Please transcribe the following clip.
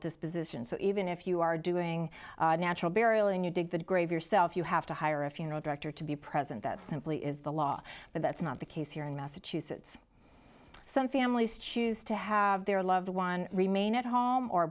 disposition so even if you are doing a natural burial and you dig the grave yourself you have to hire a funeral director to be present that simply is the law but that's not the case here in massachusetts some families choose to have their loved one remain at home or